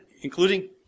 including